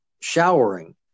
showering